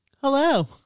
Hello